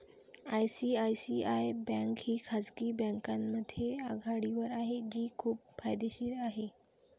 ICICI bank ही खाजगी बँकांमध्ये आघाडीवर आहे जी खूप फायदेशीर आहे